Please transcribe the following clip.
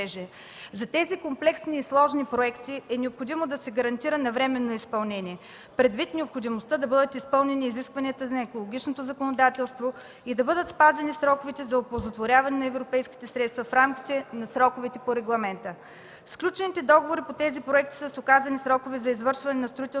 За тези комплексни и сложни проекти е необходимо да се гарантира навременно изпълнение предвид необходимостта да бъдат изпълнени изискванията на екологичното законодателство и да бъдат спазени сроковете за оползотворяване на европейските средства в рамките на сроковете по регламента. Сключените договори по тези проекти са с указани срокове за извършване на строително-монтажните